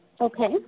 Okay